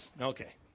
Okay